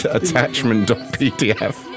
attachment.pdf